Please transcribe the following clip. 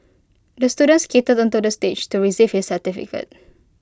the student skated onto the stage to receive his certificate